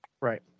Right